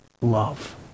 love